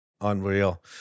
Unreal